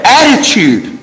attitude